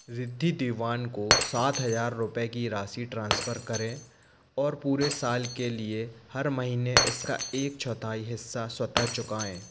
रिद्धि दीवान को सात हज़ार रुपये की राशि ट्रांसफ़र करें और पूरे साल के लिए हर महीने इसका एक चौथाई हिस्सा स्वतः चुकाएं